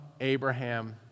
Abraham